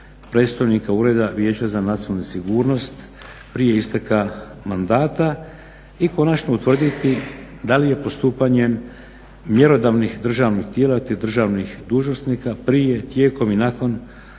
predstojnika Ureda vijeća za nacionalnu sigurnost prije isteka mandata i konačno utvrditi da li je postupanjem mjerodavnih tijela te državnih dužnosnika prije tijekom i nakon